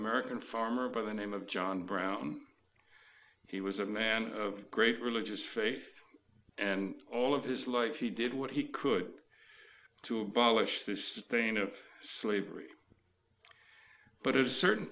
american farmer by the name of john brown he was a man of great religious faith and all of his life he did what he could to abolish this stain of slavery but it was a certain